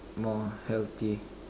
more healthy